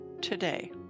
today